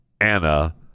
Anna